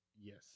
Yes